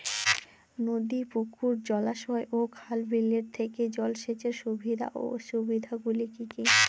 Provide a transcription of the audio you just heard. নদী পুকুর জলাশয় ও খাল বিলের থেকে জল সেচের সুবিধা ও অসুবিধা গুলি কি কি?